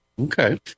Okay